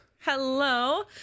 Hello